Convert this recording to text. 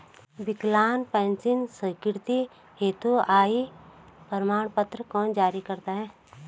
विकलांग पेंशन स्वीकृति हेतु आय प्रमाण पत्र कौन जारी करता है?